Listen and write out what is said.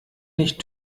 nicht